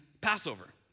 Passover